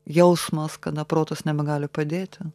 jausmas kada protas nebegali padėti